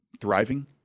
thriving